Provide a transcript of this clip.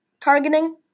targeting